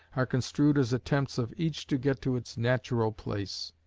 are construed as attempts of each to get to its natural place.